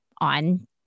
on